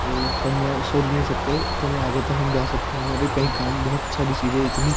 तो हम सोच भी नहीं सकते इतनी आगे तक हम जा सकते हैं हमारे कहीं काम बहुत सारी चीज़ें इतनी